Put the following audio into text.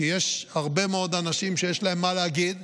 כי יש הרבה מאוד אנשים שיש להם מה להגיד,